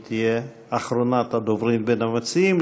היא תהיה אחרונת הדוברים בין המציעים.